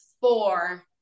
four